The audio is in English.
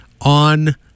on